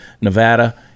Nevada